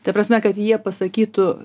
ta prasme kad jie pasakytų